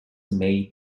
may